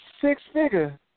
six-figure